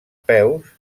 peus